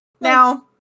Now